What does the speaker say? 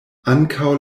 ankaŭ